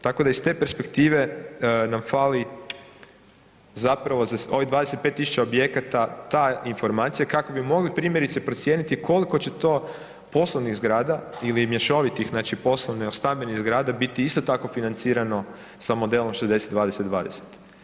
Tako da iz te perspektive nam fali zapravo za ovih 25 tisuća objekata ta informacija kako bi mogli primjerice, procijeniti koliko će to poslovnih zgrada ili mješovitih, znači poslovno-stambenih zgrada biti isto tako financirano sa modelom 60-20-20.